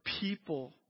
people